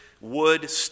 wood